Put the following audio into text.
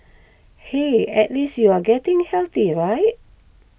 hey at least you are getting healthy right